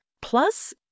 Plus